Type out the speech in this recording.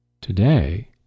Today